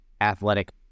athletic